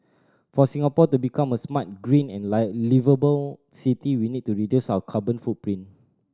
for Singapore to become a smart green and liveable city we need to reduce our carbon footprint